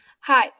Hi